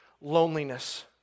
loneliness